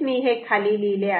मी हे खाली लिहिले आहे